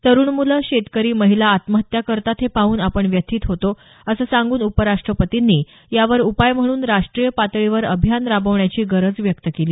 तरुण मुलं शेतकरी महिला आत्महत्या करतात हे पाहून आपण व्यथित होतो असं सांगून उपराष्ट्रपतींनी यावर उपाय म्हणून राष्ट्रीय पातळीवर अभियान राबवण्याची गरज व्यक्त केली